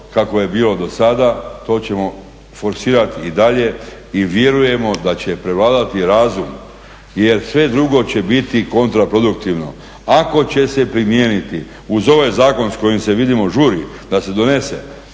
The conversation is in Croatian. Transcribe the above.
kako je bilo dosada, to ćemo forsirati i dalje. I vjerujemo da će prevladati razum jer sve drugo će biti kontraproduktivno. Ako će se primijeniti uz ovaj zakon s kojim se vidimo u …/Govornik